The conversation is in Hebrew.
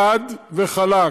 חד וחלק,